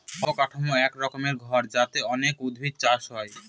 অবকাঠামো এক রকমের ঘর যাতে অনেক উদ্ভিদ চাষ হয়